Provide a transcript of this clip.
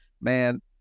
man